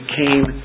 came